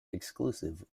exclusive